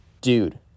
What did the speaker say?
dude